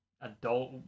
Adult